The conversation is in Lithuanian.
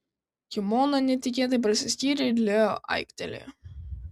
kimono netikėtai prasiskyrė ir leo aiktelėjo